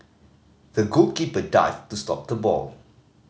the goalkeeper dived to stop the ball